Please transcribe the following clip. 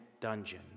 dungeon